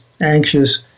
anxious